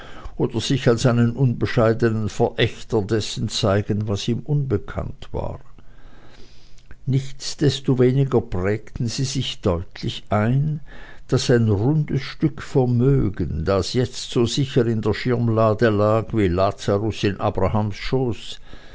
oder sich als einen unbescheidenen verächter dessen zeigen was ihm unbekannt war nichtsdestoweniger prägten sie sich deutlich ein daß ein rundes stück vermögen das jetzt so sicher in der schirmlade lag wie lazarus in abrahams schoß